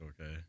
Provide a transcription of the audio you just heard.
okay